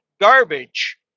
garbage